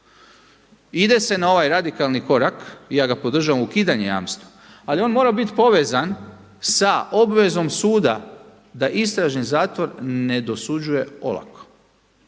Ide se na ovaj radikalni korak i ja ga podržavam, ukidanje jamstva, ali on mora biti povezan sa obvezom suda da istražni zatvor ne dosuđuje olako.